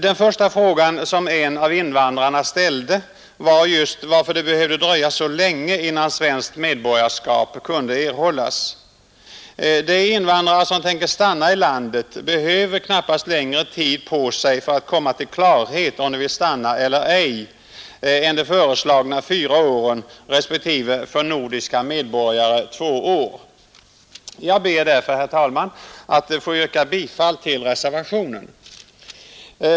Den första fråga som en av invandrarna ställde var just varför det behövde dröja så länge innan svenskt medborgarskap kunde erhållas. De invandrare som tänker stanna i landet behöver knappast längre tid på sig för att komma till klarhet om de vill stanna eller ej än de föreslagna fyra åren, respektive för nordiska medborgare två år. Jag ber därför, herr talman, att få yrka bifall till reservationen.